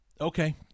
Okay